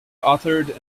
authored